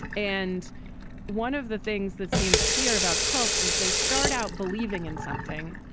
and one of the things that seems clear about cults as they start out believing in something,